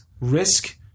risk